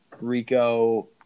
Rico –